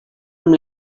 amb